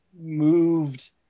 moved